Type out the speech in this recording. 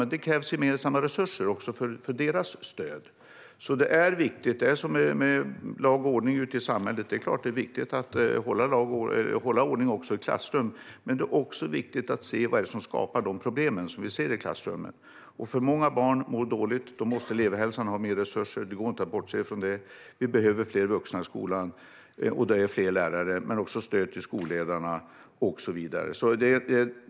Därför krävs det mer sådana resurser till stöd för dem. Det är som med lag och ordning ute i samhället. Det är klart att det är viktigt att hålla ordning också i klassrummet, men det är också viktigt att se vad det är som skapar de problem som vi ser i klassrummen. Om för många barn mår dåligt måste elevhälsan ha mer resurser. Det går inte att bortse från det. Vi behöver fler vuxna i skolan och fler lärare men också stöd till skolledarna och så vidare.